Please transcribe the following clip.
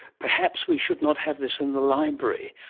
perhaps we should not have this in the library?